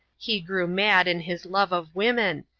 he grew mad in his love of women,